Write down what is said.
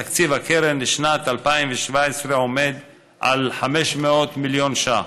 תקציב הקרן לשנת 2017 עומד על 500 מיליון ש"ח.